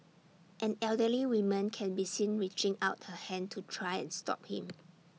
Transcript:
an elderly woman can be seen reaching out her hand to try and stop him